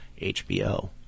HBO